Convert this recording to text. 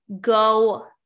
go